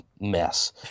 mess